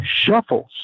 shuffles